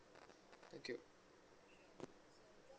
thank you